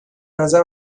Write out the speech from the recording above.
نظر